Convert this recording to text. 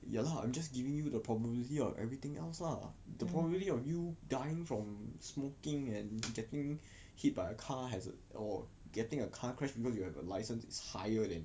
mm